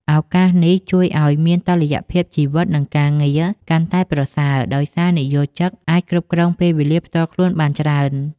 ឱកាសនេះជួយឱ្យមាន តុល្យភាពជីវិត និងការងារ កាន់តែប្រសើរ ដោយសារនិយោជិតអាចគ្រប់គ្រងពេលវេលាផ្ទាល់ខ្លួនបានច្រើន។